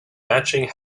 matching